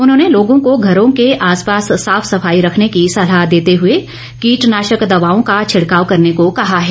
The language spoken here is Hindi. उन्होंने लोगों को घरों के आसपास साफ सफाई रखने की सलाह देते हुए कीटनाशक दवाओं का छिड़काव करने को कहा है